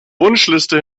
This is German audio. wunschliste